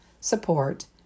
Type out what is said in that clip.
support